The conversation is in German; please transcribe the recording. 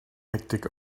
hektik